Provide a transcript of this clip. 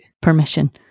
permission